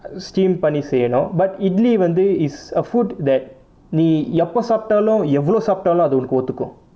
steam பண்ணி செய்யனும்:panni seiyanum but idli வந்து:vanthu it's a food that நீ எப்போ சாப்பிட்டாலும் எவ்வளோ சாப்பிட்டாலும் அது உனக்கு ஒத்துக்கும்:nee eppo saapitaalum evvalo saapitalum athu unakku othukkum